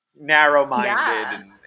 narrow-minded